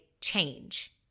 change